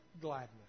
gladness